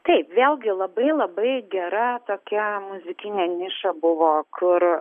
taip vėlgi labai labai gera tokia muzikinė niša buvo kur